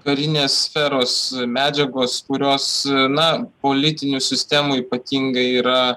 karinės sferos medžiagos kurios na politinių sistemų ypatingai yra